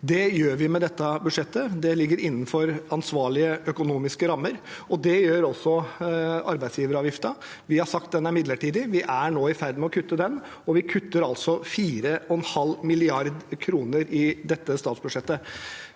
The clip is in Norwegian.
Det gjør vi med dette budsjettet. Det ligger innenfor ansvarlige økonomiske rammer, og det gjør også arbeidsgiveravgiften. Vi har sagt at den er midlertidig. Vi er nå i ferd med å kutte den, og vi kutter altså 4,5 mrd. kr i dette statsbudsjettet.